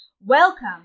welcome